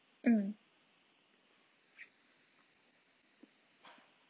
mm